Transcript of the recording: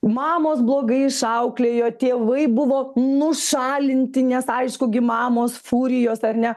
mamos blogai išauklėjo tėvai buvo nušalinti nes aišku gi mamos furijos ar ne